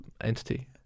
entity